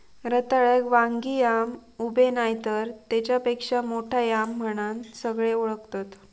रताळ्याक वांगी याम, उबे नायतर तेच्यापेक्षा मोठो याम म्हणान सगळे ओळखतत